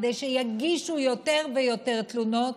כדי שיגישו יותר ויותר תלונות,